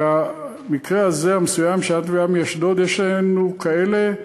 כי המקרה המסוים הזה, יש לנו כאלה,